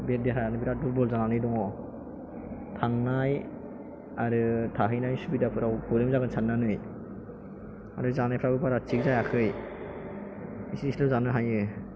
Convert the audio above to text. बे देहायानो बिराद दुर्बल जानानै दङ थांनाय आरो थाहैनाय सुबिदाफोराव प्रब्लेम जागोन साननानै आरो जानायफ्राबो बारा थिग जायाखै इसे इसेल' जानो हायो